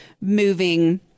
moving